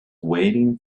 waiting